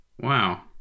wow